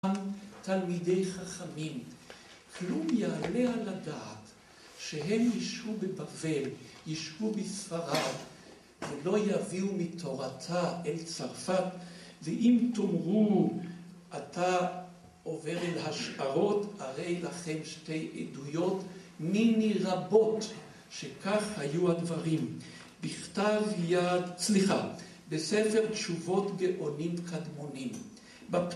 תלמידי חכמים, כלום יעלה על הדעת שהם יישבו בבבל, יישבו בספרד, ולא יביאו מתורתה אל צרפת ואם תאמרו אתה עובר אל השערות, הרי לכם שתי עדויות מיני רבות שכך היו הדברים, בכתב יד... סליחה, בספר תשובות גאונים קדמונים